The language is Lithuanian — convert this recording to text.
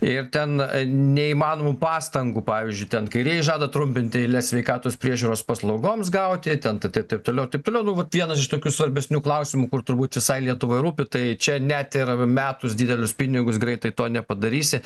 ir ten neįmanomų pastangų pavyzdžiui ten kairieji žada trumpinti eiles sveikatos priežiūros paslaugoms gauti ten t t taip toliau taip toliau nu vat vienas iš tokių svarbesnių klausimų kur turbūt visai lietuvai rūpi tai čia net ir metus didelius pinigus greitai to nepadarysi